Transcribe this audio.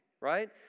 right